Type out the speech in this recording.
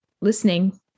listening